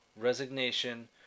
resignation